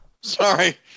sorry